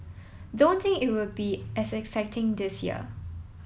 don't think it will be as exciting this year